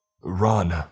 Run